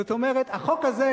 כלומר החוק הזה,